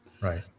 Right